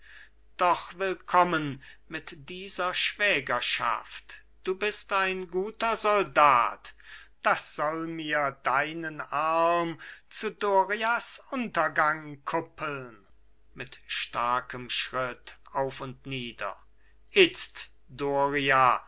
doch willkommen mit dieser schwägerschaft du bist ein guter soldat das soll mir deinen arm zu dorias untergang kuppeln mit starkem schritt auf und nieder itzt doria